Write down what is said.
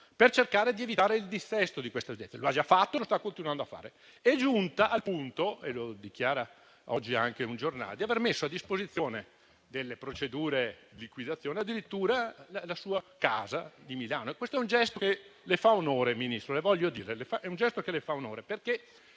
per cercare di evitare il dissesto; lo ha già fatto e lo sta continuando a fare. È giunta al punto - lo dichiara oggi anche un giornale - di aver messo a disposizione delle procedure di liquidazione addirittura la sua casa di Milano. Questo è un gesto che le fa onore, Ministro: glielo voglio dire, perché la mette